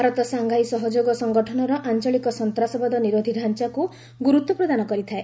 Bharat Shanghai ସହଯୋଗ ସଂଗଠନର ଆଞ୍ଚଳିକ ସନ୍ତାସବାଦ ନିରୋଧୀ ଢ଼ାଞ୍ଚାକୁ ଗୁରୁତ୍ୱ ପ୍ରଦାନ କରିଥାଏ